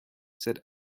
said